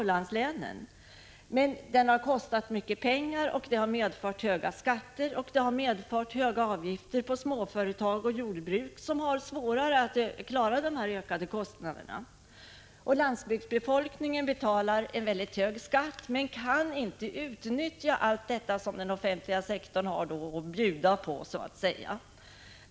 Expansionen har emellertid kostat mycket pengar, vilket har medfört höga skatter och höga avgifter för småföretag och jordbruk som har svårare att klara dessa ökade kostnader. Landsbygdsbefolkningen betalar höga skatter men kan inte utnyttja allt det som den offentliga sektorn har att bjuda på, så att säga.